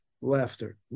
laughter